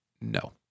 no